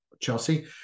chelsea